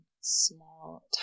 small